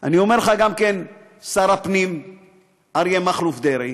אני אומר גם לך, שר הפנים אריה מכלוף דרעי,